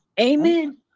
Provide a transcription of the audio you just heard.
amen